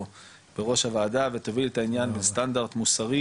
בראש הוועדה ותוביל את העניין לסטנדרט מוסרי